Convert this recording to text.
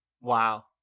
Wow